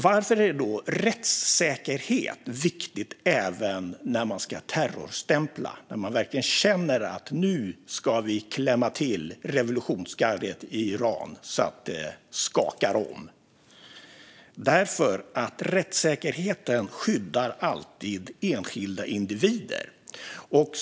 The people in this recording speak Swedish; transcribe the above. Varför är då rättssäkerhet viktigt även när man ska terrorstämpla och när man känner att man ska klämma till revolutionsgardet i Iran så att det skakar om? Jo, därför att rättssäkerheten alltid skyddar enskilda individer.